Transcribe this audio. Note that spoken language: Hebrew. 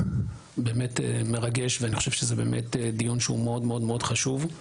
זה באמת מרגש ואני חושב שזה באמת דיון מאוד מאוד חשוב.